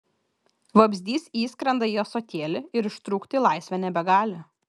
vabzdys įskrenda į ąsotėlį ir ištrūkti į laisvę nebegali